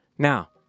Now